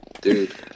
Dude